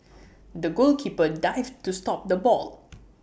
the goalkeeper dived to stop the ball